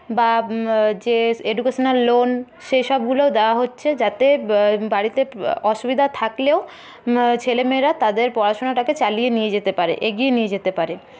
বা যে educational loan সে সবগুলোও দেওয়া হচ্ছে যাতে বাড়িতে অসুবিধা থাকলেও ছেলেমেয়েরা তাদের পড়াশোনাটাকে চলিয়ে নিয়ে যেতে পারে এগিয়ে নিয়ে যেতে পারে